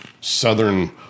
Southern